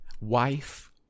wife